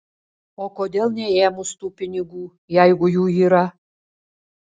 o kodėl neėmus tų pinigų jeigu jų yra